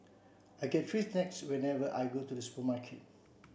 I get free snacks whenever I go to the supermarket